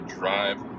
drive